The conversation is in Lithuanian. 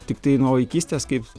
tiktai nuo vaikystės kaip